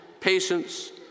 patience